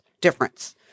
difference